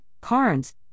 Carnes